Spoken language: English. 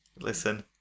Listen